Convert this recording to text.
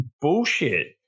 bullshit